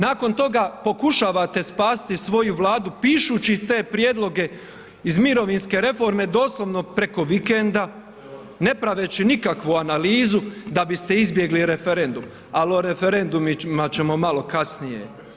Nakon toga pokušavate spasiti svoju Vladu pišući te prijedloge iz mirovinske reforme doslovno preko vikenda, ne praveći nikakvu analizu da biste izbjegli referendum, ali o referendumima ćemo malo kasnije.